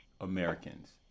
Americans